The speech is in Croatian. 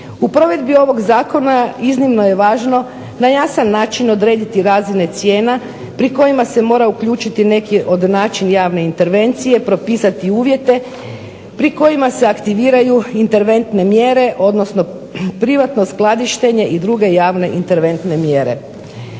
U provedbi ovog zakona iznimno je važno na jasan način odrediti razine cijena pri kojima se mora uključiti neki od način javne intervencije, propisati uvjete pri kojima se aktiviraju interventne mjere odnosno privatno skladištenje i druge javne interventne mjere.